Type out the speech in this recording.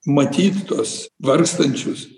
matyt tuos vargstančius